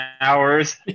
hours